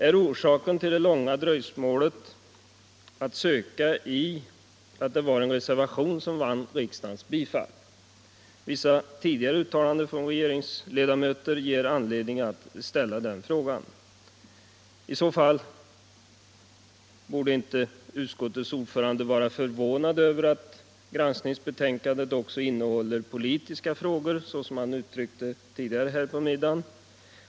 Är orsaken till det långa dröjsmålet att söka i att det var en reservation som vann riksdagens bifall? Vissa tidigare uttalanden från regeringsledamöter ger anledning att ställa den frågan. I så fall borde inte utskottets ordförande, som han sade tidigare i dag, vara förvånad över att granskningsbetänkandet också innehåller politiska frågor.